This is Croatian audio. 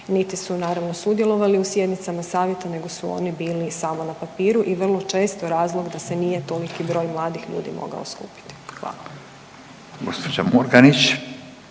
niti su, naravno, sudjelovali u sjednicama savjeta nego su oni bili samo na papiru i vrlo često razlog da se nije toliki broj mladih ljudi mogao skupiti. Hvala. **Radin,